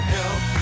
Help